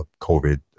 COVID